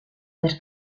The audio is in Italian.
per